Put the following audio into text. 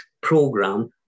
program